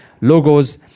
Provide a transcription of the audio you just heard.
logos